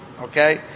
Okay